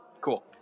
cool